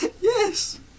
Yes